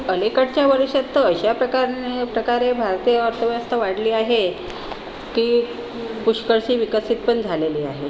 अलीकडच्या वर्षांत तर अशा प्रकारने प्रकारे भारतीय अर्थव्यवस्था वाढली आहे की पुष्कळशी विकसित पण झालेली आहे